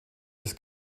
des